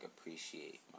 appreciate